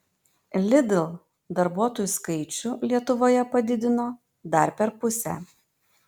lidl darbuotojų skaičių lietuvoje padidino dar per pusę